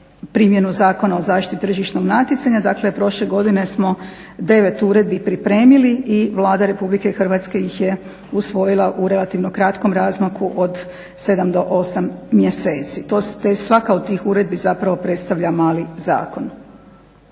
primjenu Zakona o tržišnog natjecanja. Dakle, prošle godine smo 9 uredbi pripremili i Vlada Republike Hrvatske ih je usvojila u relativno kratkom razmaku od 7 do 8 mjeseci. Te je svaka od tih uredbi zapravo predstavlja mali zakon.